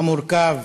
המורכב